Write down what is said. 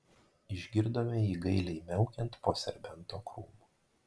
išgirdome jį gailiai miaukiant po serbento krūmu